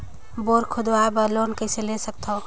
Bore खोदवाय बर loan कइसे ले सकथव?